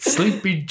Sleepy